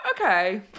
okay